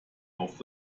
auf